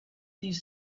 these